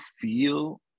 feel